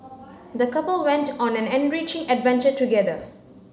the couple went on an enriching adventure together